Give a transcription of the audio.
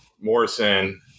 Morrison